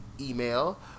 Email